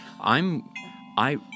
I'm—I